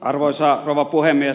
arvoisa rouva puhemies